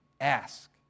ask